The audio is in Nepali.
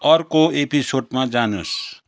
अर्को एपिसोडमा जानुहोस्